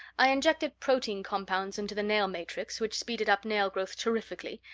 i injected protein compounds into the nail matrix, which speeded up nail growth terrifically,